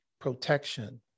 protection